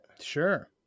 Sure